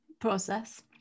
process